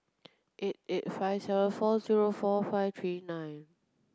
eight eight five seven four zero four five three nine